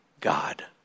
God